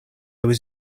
was